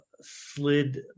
slid